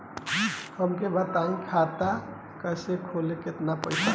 हमका बताई खाता खोले ला केतना पईसा लागी?